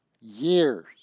years